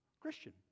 Christian